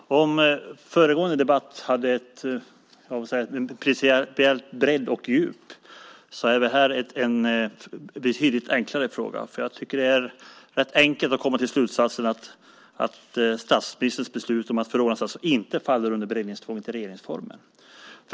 Herr talman! Om föregående debatt hade en principiell bredd och ett djup är detta en betydligt enklare fråga. Det är enkelt att komma till slutsatsen att statsministerns beslut om förordnande av statsråd inte faller under beredningstvånget i regeringsformen.